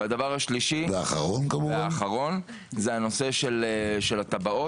והדבר השלישי והאחרון, זה הנושא של התב"ע.